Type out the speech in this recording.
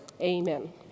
Amen